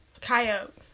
Coyote